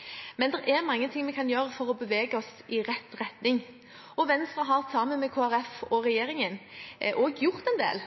gjøre for å bevege oss i rett retning. Venstre har sammen med Kristelig Folkeparti og regjeringen også gjort en del